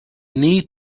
need